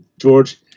George